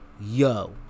yo